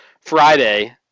Friday